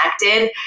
connected